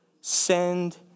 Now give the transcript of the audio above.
Send